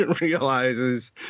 realizes